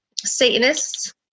Satanists